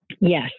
Yes